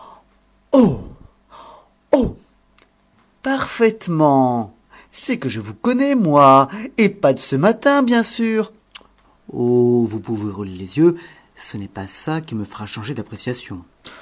parfaitement c'est que je vous connais moi et pas de ce matin bien sûr oh vous pouvez rouler les yeux ce n'est pas ça qui me fera changer d'appréciation